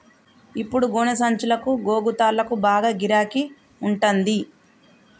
ఇప్పుడు గోనె సంచులకు, గోగు తాళ్లకు బాగా గిరాకి ఉంటంది